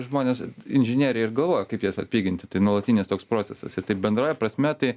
žmonės inžinieriai ir galvoja kaip jas atpiginti tai nuolatinis toks procesas ir taip bendrąja prasme tai